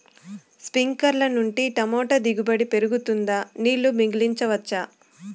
స్ప్రింక్లర్లు నుండి టమోటా దిగుబడి పెరుగుతుందా? నీళ్లు మిగిలించవచ్చా?